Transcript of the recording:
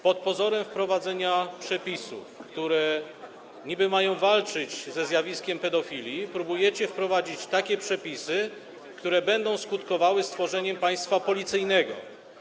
Pod pozorem wprowadzenia przepisów, które niby mają walczyć ze zjawiskiem pedofili, próbujecie wprowadzić takie przepisy, które będą skutkowały stworzeniem państwa policyjnego.